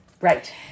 Right